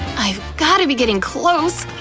i've gotta be getting close,